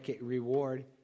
reward